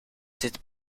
zit